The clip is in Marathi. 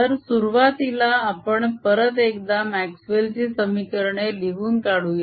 तर सुरवातीला आपण परत एकदा म्याक्स्वेल ची समीकरणे लिहून काढूया